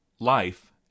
Life